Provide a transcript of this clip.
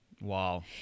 Wow